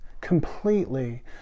completely